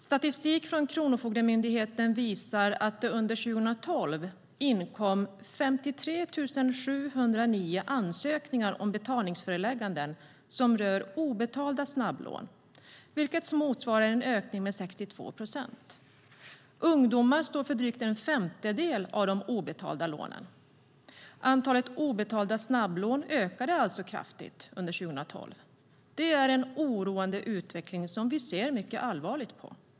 Statistik från Kronofogdemyndigheten visar att det under 2012 inkom 53 709 ansökningar om betalningsförelägganden som rör obetalda snabblån, vilket motsvarar en ökning med 62 procent sedan 2011. Ungdomar står för drygt en femtedel av de obetalda lånen. Antalet obetalda snabblån ökade alltså kraftigt under 2012. Det är en oroande utveckling som vi ser mycket allvarligt på.